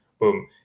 boom